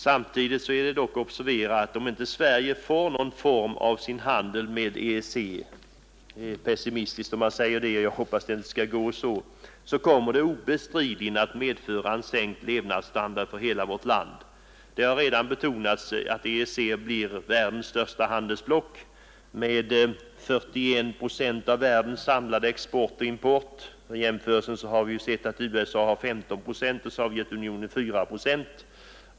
Samtidigt är det dock att observera att om inte Sverige får någon form av sin handel med EEC — det är pessimistiskt om man säger det och jag hoppas att det inte skall gå så — kommer det obestridligen att medföra en sänkt levnadsstandard för hela vårt land. Det har redan betonats att EEC blir världens största handelsblock med 41 procent av världens samlade export och import. Vid en jämförelse har vi ju sett att USA har 15 procent och Sovjetunionen 4 procent.